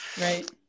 right